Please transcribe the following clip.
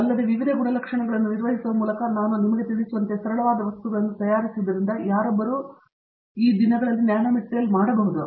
ಅಲ್ಲದೆ ವಿವಿಧ ಗುಣಲಕ್ಷಣಗಳನ್ನು ನಿರ್ವಹಿಸುವ ಮೂಲಕ ನಾನು ನಿಮಗೆ ತಿಳಿಸುವಂತೆ ಸರಳವಾದ ವಸ್ತುಗಳನ್ನು ತಯಾರಿಸುವುದರಿಂದ ಯಾರೊಬ್ಬರೂ ಈ ದಿನಗಳಲ್ಲಿ ನ್ಯಾನೊಮೇಟರಿಯಲ್ ಮಾಡಬಹುದು